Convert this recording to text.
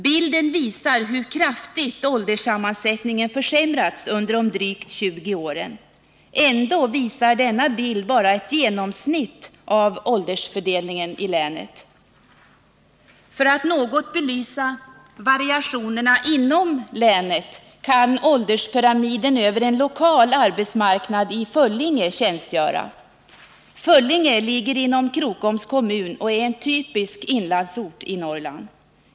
Bilden visar hur kraftigt ålderssammansättningen försämrats under de drygt 20 åren. Ändå visar denna bild bara ett genomsnitt av åldersfördelningen i länet. För att något belysa variationerna inom länet kan ålderspyramiden över en lokal arbetsmarknad i Föllinge tjänstgöra som exempel. Pyramiden visas på bild nr 3. Föllinge ligger inom Krokoms kommun och är en typisk inlandsort i Norrland.